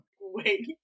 Wait